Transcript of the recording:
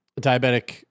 diabetic